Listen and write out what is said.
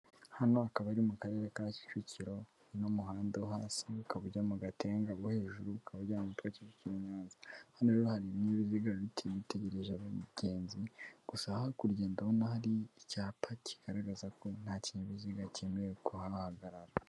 Hano hakaba ari mu Karere ka Kicukiro, uno muhanda wo hasi ukaba ujya mu Gatenga, uwo hejuru ukaba ujya ahantu hitwa Kicukiro Nyanza. Hano rero hari ibinyabiziga bike bitegereje abagenzi, gusa hakurya ndabona hari icyapa kigaragaza ko nta kinyabiziga cyemewe kuhahagarara.